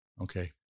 Okay